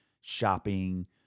shopping